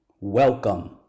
Welcome